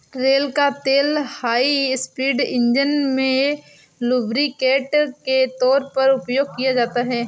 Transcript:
रेड़ का तेल high speed इंजन में लुब्रिकेंट के तौर पर उपयोग किया जाता है